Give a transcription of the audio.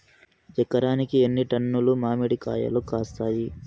ఎకరాకి ఎన్ని టన్నులు మామిడి కాయలు కాస్తాయి?